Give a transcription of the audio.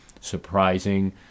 surprising